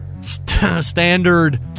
standard